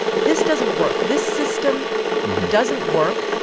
this doesn't work. this system doesn't work,